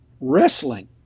Wrestling